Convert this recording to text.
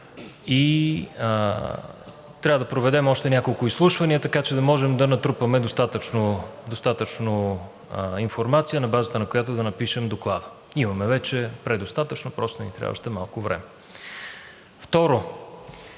трябва да проведем още няколко изслушвания, така че да можем да натрупаме достатъчно информация, на базата на която да напишем доклада. Имаме вече предостатъчно, просто ни трябва още малко време. Второ,